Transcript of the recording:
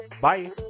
Bye